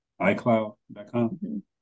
icloud.com